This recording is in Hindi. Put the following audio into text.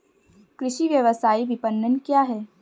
कृषि व्यवसाय विपणन क्या है?